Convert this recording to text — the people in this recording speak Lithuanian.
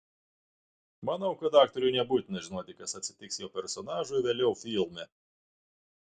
manau kad aktoriui nebūtina žinoti kas atsitiks jo personažui vėliau filme